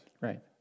Right